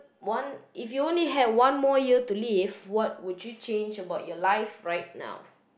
one if you only had one more year to live what would you change about life right now